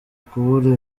kubura